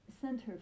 center